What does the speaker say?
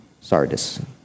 Sardis